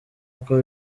uko